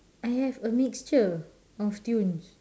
I have a mixture of tunes